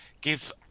give